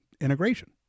integration